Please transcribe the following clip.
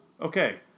okay